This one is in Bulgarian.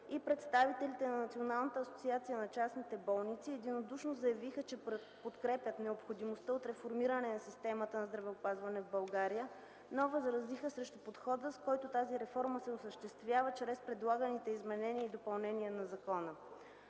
и представителите на Националната асоциация на частните болници единодушно заявиха, че подкрепят необходимостта от реформиране на системата на здравеопазването в България, но възразиха срещу подхода, с който тази реформа се осъществява чрез предлаганите изменения и допълнения на закона.